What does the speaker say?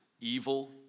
evil